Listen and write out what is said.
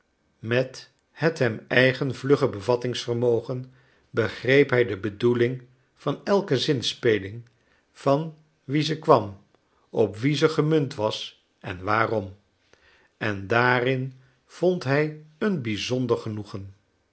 met het hem eigen vlugge bevattingsvermogen begreep hij de bedoeling van elke zinspeling van wien ze kwam op wien ze gemunt was en waarom en daarin vond hij een bizonder genoegen